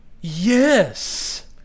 Yes